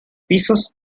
pisos